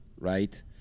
right